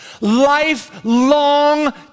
Lifelong